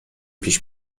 پیش